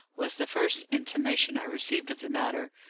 was the first intimation i received of the matter.